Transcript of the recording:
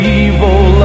evil